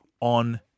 on